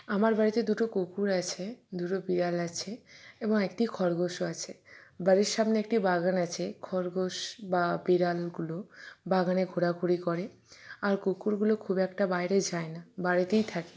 আমার বাড়িতে দুটো কুকুর আছে দুটো বিড়াল আছে এবং একটি খরগোশও আছে বাড়ির সামনে একটি বাগান আছে খরগোশ বা বিড়ালগুলো বাগানে ঘোরাঘুরি করে আর কুকুরগুলো খুব একটা বাইরে যায় না বাড়িতেই থাকে